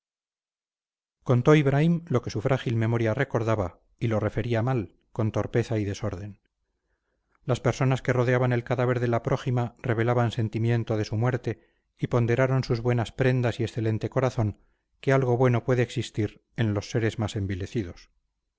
contó ibraim lo que su frágil memoria recordaba y lo refería mal con torpeza y desorden las personas que rodeaban el cadáver de la prójima revelaban sentimiento de su muerte y ponderaron sus buenas prendas y excelente corazón que algo bueno puede existir en los seres más envilecidos